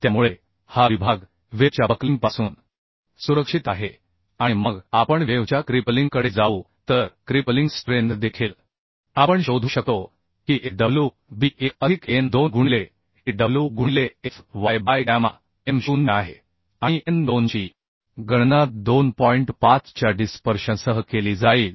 त्यामुळे हा विभाग वेव्ह च्या बक्लिंगपासून सुरक्षित आहे आणि मग आपण वेव्ह च्या क्रिपलिंग कडे जाऊ तर क्रिपलिंग स्ट्रेंथ देखील आपण शोधू शकतो की fw b1 अधिक n2 गुणिले tw गुणिले fy बाय गॅमा m0 आहे आणि n2 ची गणना 2 च्या डिस्पर्शनसह केली जाईल